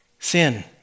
Sin